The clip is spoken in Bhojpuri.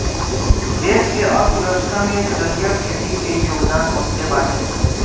देश के अर्थव्यवस्था में जलीय खेती के योगदान बहुते बाटे